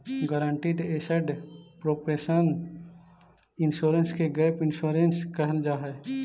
guaranteed asset proportion insurance के gap insurance कहल जाऽ हई